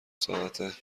ساعت